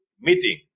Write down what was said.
meeting